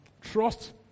trust